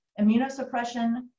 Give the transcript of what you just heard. immunosuppression